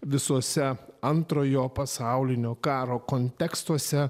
visuose antrojo pasaulinio karo kontekstuose